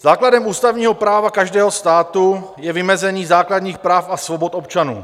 Základem ústavního práva každého státu je vymezení základních práv a svobod občanů.